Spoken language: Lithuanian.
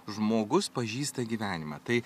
žmogus pažįsta gyvenimą tai